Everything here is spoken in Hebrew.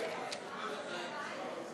המחנה הציוני,